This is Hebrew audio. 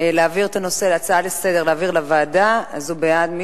להעביר את ההצעה לסדר-היום לוועדה, הוא בעד.